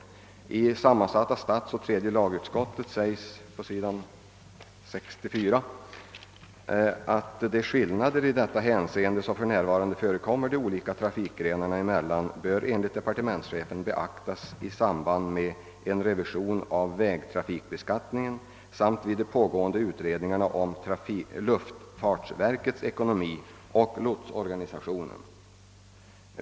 I sammansatta statsoch tredje lagutskottets utlåtande nr 1 sägs på sidan 64: »De skillnader i detta hänseende som för närvarande förekommer de olika trafikgrenarna emellan bör enligt departementschefen beaktas i samband med en revision av vägtrafikbeskattningen samt vid de pågående utredningarna om luftfartsverkets ekonomi och lotsorganisationen.